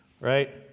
right